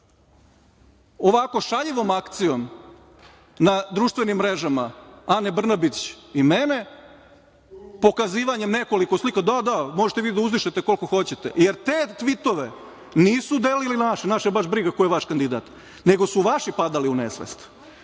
ovako šaljivom akcijom na društvenim mrežama Ane Brnabić i mene, pokazivanjem nekoliko slika, da, da, možete vi da uzdišete koliko hoćete, jer te tvitove nisu delili naši, naše baš briga koji je vaš kandidat, nego su vaši padali u nesvest,